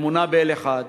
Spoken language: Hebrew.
האמונה באל אחד,